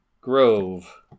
grove